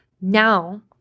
Now